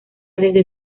desde